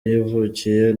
yavukiye